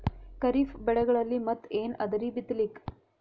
ಖರೀಫ್ ಬೆಳೆಗಳಲ್ಲಿ ಮತ್ ಏನ್ ಅದರೀ ಬಿತ್ತಲಿಕ್?